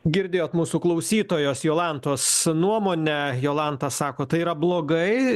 girdėjot mūsų klausytojos jolantos nuomonę jolanta sako tai yra blogai